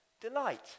delight